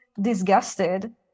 disgusted